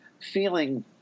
feeling